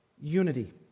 Unity